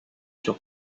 sur